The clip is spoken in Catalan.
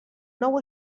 nou